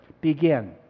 begin